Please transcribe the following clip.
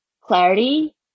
clarity